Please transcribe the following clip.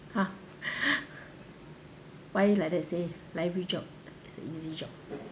!huh! why you like that say library job is an easy job